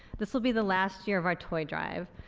this will be the last year of our toy drive.